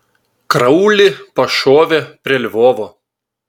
kraulį pašovė prie lvovo